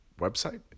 website